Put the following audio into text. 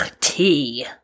tea